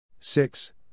Six